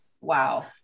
Wow